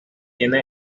tiene